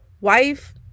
wife